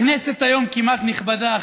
הכנסת היום כמעט נכבדה,